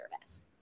service